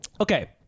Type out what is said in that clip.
okay